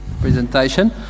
presentation